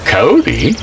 Cody